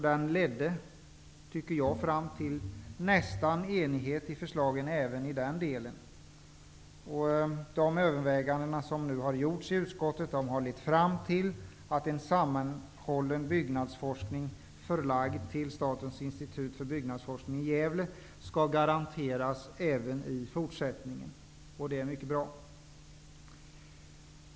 Den ledde nästan fram till enighet i förslagen även i den delen. De överväganden som nu har gjorts i utskottet har lett fram till att en sammanhållen byggnadsforskning förlagd till Statens institut för byggnadsforskning i Gävle även i fortsättningen skall garanteras. Det är mycket bra.